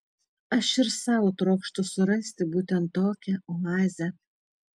aš ir sau trokštu surasti būtent tokią oazę